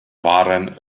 waren